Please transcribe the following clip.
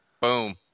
Boom